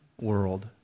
world